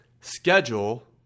Schedule